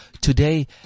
today